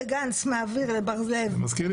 כשגנץ מעביר לבר לב X חיילים --- זה מזכיר לי